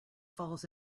falls